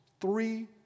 three